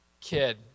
kid